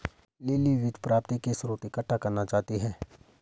lily वित्त प्राप्ति के स्रोत इकट्ठा करना चाहती है